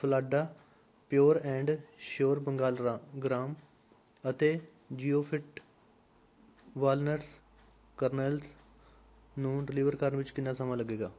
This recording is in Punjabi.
ਫਲਾਡਾ pure and sure Bengal gram gram ਅਤੇ ਜੀਓਫਿਟ ਵਾਲਨਟਸ ਕਰਨੇਲਸ ਨੂੰ ਡਿਲੀਵਰ ਕਰਨ ਵਿੱਚ ਕਿੰਨਾ ਸਮਾਂ ਲੱਗੇਗਾ